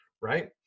Right